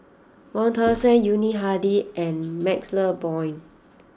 Wong Tuang Seng Yuni Hadi and Maxle Blond